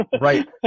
right